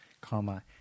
comma